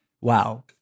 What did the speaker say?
wow